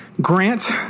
Grant